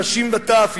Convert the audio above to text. נשים וטף,